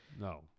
no